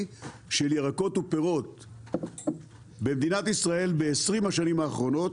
של ירקות ופירות במדינת ישראל ב-20 השנים האחרונות.